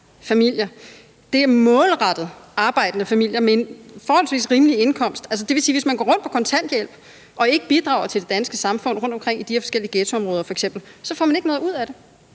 Det er målrettet arbejdende familier med en forholdsvis rimelig indkomst. Det vil sige, at hvis man går rundt på kontanthjælp i de her forskellige ghettoområder og ikke bidrager til det